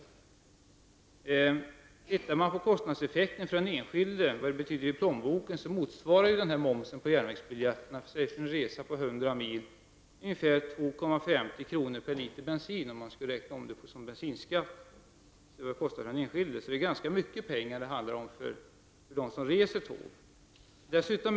Om vi tittar på vad kostnadseffekten i plånboken blir för den enskilde, finner vi att momsen på järnvägsbiljetten för t.ex. en resa på 100 mil motsvarar ungefär 2:50 kr. per liter bensin, om den skulle räknas om som bensinskatt. Det handlar om mycket pengar för dem som reser med tåg.